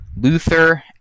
Luther